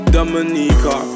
Dominica